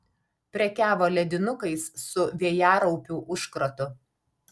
prekiavo ledinukais su vėjaraupių užkratu